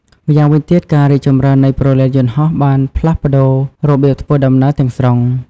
ម្យ៉ាងវិញទៀត ការរីកចម្រើននៃព្រលានយន្តហោះ បានផ្លាស់ប្តូររបៀបធ្វើដំណើរទាំងស្រុង។